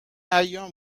ایام